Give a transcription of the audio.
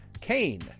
Kane